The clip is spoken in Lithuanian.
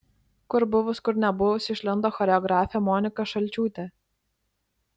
kur buvus kur nebuvus išlindo choreografė monika šalčiūtė